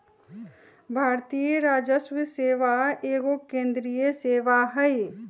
भारतीय राजस्व सेवा एगो केंद्रीय सेवा हइ